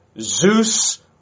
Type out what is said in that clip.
Zeus